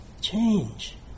Change